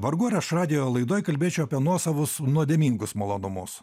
vargu ar aš radijo laidoj kalbėčiau apie nuosavus nuodėmingus malonumus